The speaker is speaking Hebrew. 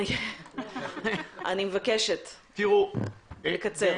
אני מבקשת לקצר.